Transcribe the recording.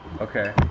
Okay